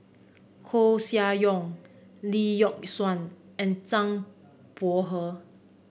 Koeh Sia Yong Lee Yock Suan and Zhang Bohe